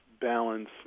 balance